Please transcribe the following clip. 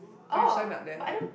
fresh soymilk there